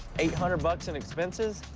eight hundred bucks and expenses.